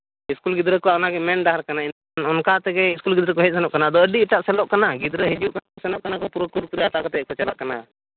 school ᱜᱤᱫᱽᱨᱟᱹ ᱠᱚᱣᱟᱜ ᱚᱱᱟᱜᱮ ᱢᱮᱱ ᱰᱟᱦᱟᱨ ᱠᱟᱱᱟ ᱚᱱᱠᱟ ᱛᱮᱜᱮ ᱥᱠᱩᱞ ᱜᱤᱫᱽᱨᱟᱹ ᱠᱚ ᱦᱮᱡ ᱥᱮᱱᱚᱜ ᱠᱟᱱᱟ ᱟᱫᱚ ᱟᱹᱰᱤ ᱮᱴᱟᱜ ᱥᱮᱞᱚᱜ ᱠᱟᱱᱟ ᱜᱤᱫᱽᱨᱟᱹ ᱦᱤᱡᱩᱜ ᱠᱟᱱᱟ ᱠᱚ ᱥᱮᱱᱚᱜ ᱠᱟᱱᱟ ᱠᱚ ᱯᱩᱨᱟᱹ ᱦᱟᱛᱟᱣ ᱠᱟᱛᱮᱫ ᱜᱮᱠᱚ ᱪᱟᱞᱟᱜ ᱠᱟᱱᱟ